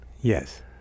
Yes